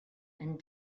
and